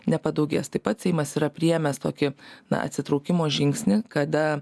nepadaugės taip pat seimas yra priėmęs tokį na atsitraukimo žingsnį kada